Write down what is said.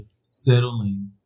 settling